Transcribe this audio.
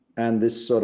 and this so